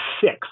six